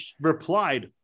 replied